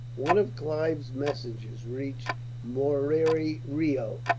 one of clive's messengers reached murari reo,